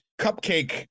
cupcake